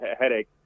headache